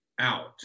out